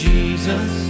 Jesus